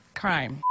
crime